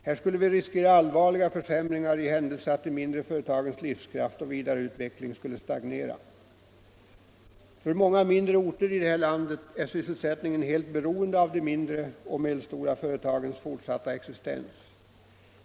Här skulle vi riskera allvarliga försämringar i händelse att de mindre företagens livskraft och vidareutveckling stagnerade. För många mindre orter i det här landet är sysselsättningen helt beroende av de mindre och medelstora företagens fortsatta existens.